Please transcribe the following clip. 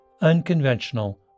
unconventional